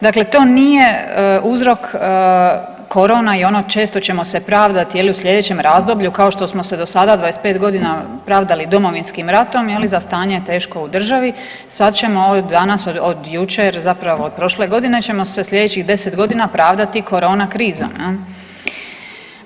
Dakle to nije uzrok korona i ono često ćemo se pravdati je li u slijedećem razdoblju kao što smo se do sada 25 godina pravdali Domovinskim ratom je li za stanje teško u državi, sad ćemo od danas, od jučer zapravo od prošle godine ćemo se slijedećih 10 godina pravdati korona krizom jel.